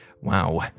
Wow